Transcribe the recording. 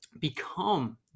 become